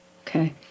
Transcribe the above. Okay